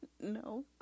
No